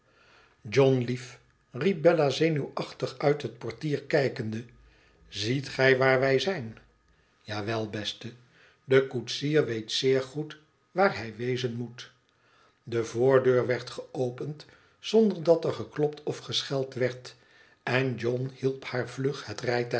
tjohn lief riep bella zenuwachtig uit het portier kijkende ziet gij waar wij zijn ija wel beste de koetsier weet zeer goed waar hij wezen moet de voordeur werd geopend zonder aater geklopt of gescheld werd en john hielp haar vlug het